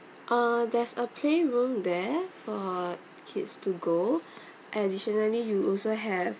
uh there's a playroom there for kids to go additionally you also have